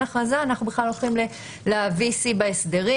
הכרזה אנחנו בכלל הולכים ל-V.C בהסדרים.